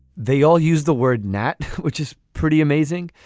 they all use the word gnat which is pretty amazing.